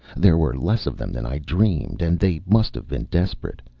there were less of them than i dreamed, and they must have been desperate.